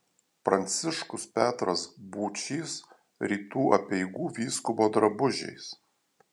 pranciškus petras būčys rytų apeigų vyskupo drabužiais